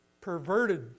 perverted